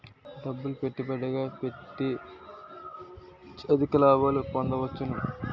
డబ్బులు పెట్టుబడిగా పెట్టి అధిక లాభాలు పొందవచ్చును